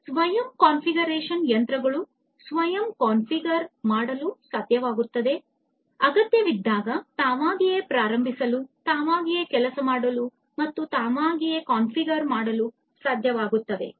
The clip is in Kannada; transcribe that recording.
ಸ್ವಯಂ ಕಾನ್ಫಿಗರೇಶನ್ ಯಂತ್ರಗಳು ಸ್ವಯಂ ಕಾನ್ಫಿಗರ್ ಮಾಡಲು ಸಾಧ್ಯವಾಗುತ್ತದೆ ಅಗತ್ಯವಿದ್ದಾಗ ತಾವಾಗಿಯೇ ಪ್ರಾರಂಭಿಸಲು ತಾವಾಗಿಯೇ ಕೆಲಸ ಮಾಡಲು ಮತ್ತು ತಾವಾಗಿಯೇ ಕಾನ್ಫಿಗರ್ ಮಾಡಲು ಸಾಧ್ಯವಾಗುತ್ತದೆ